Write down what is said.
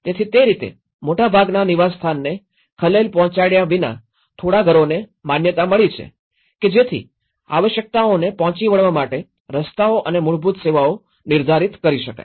તેથી તે રીતે મોટાભાગના નિવાસસ્થાનને ખલેલ પહોંચાડ્યા વિના થોડા ઘરોને માન્યતા મળી છે કે જેથી આવશ્યકતાઓને પહોંચી વળવા માટે રસ્તાઓ અને મૂળભૂત સેવાઓ નિર્ધારિત કરી શકાય